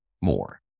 more